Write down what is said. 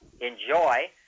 enjoy